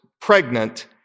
pregnant